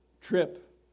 trip